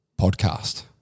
podcast